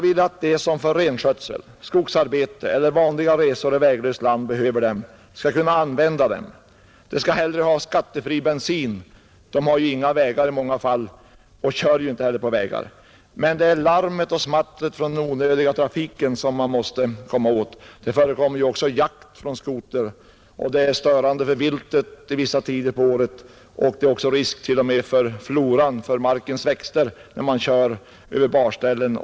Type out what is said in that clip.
De människor som för renskötsel, skogsarbete eller vanliga resor i väglöst land behöver en snöskoter skall kunna använda den. Jag vill t.o.m., att de skall ha skattefri bensin, eftersom det i många fall saknas vägar och vederbörande därför inte heller kör på några vägar. Men det är larmet och smattret från den onödiga trafiken som vi måste komma åt. Det förekommer också jakt från skoter. Det är störande för viltet under vissa tider på året, och det föreligger också risk för floran, för markens växter, när man kör snöskoter över barställen.